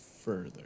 further